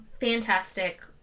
fantastic